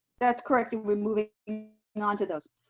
that's correct, and we're moving and onto those.